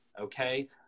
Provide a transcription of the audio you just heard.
Okay